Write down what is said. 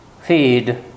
feed